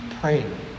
praying